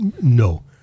no